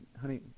Honey